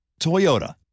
Toyota